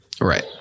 Right